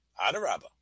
Adaraba